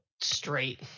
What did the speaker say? Straight